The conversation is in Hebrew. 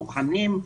מוכנים,